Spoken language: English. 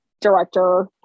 director